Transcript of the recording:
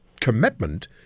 commitment